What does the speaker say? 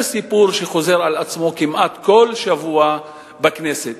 זה סיפור שחוזר על עצמו כמעט כל שבוע בכנסת.